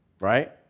right